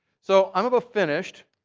so i'm about finished.